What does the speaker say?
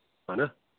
हा न